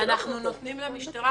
ואנחנו נותנים למשטרה